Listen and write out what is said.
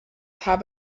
have